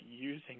using